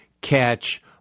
catch